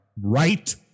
Right